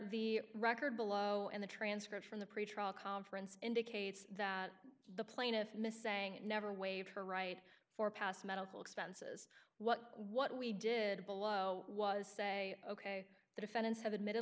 the record below and the transcript from the pretrial conference indicates that the plaintiff missing never waived her right for past medical expenses what what we did below was say ok the defendants have admitted